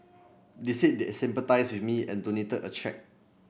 they said they sympathised with me and donated a cheque